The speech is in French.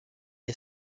est